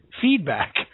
Feedback